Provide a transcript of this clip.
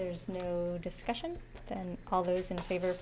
there's no discussion and all those in favor